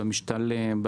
במשתלם,